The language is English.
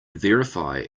verify